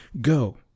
go